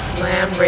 Slam